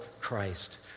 Christ